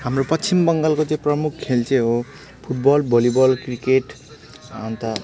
हाम्रो पश्चिम बङ्गालको चाहिँ प्रमुख खेल चाहिँ हो फुटबल भलिबल क्रिकेट अन्त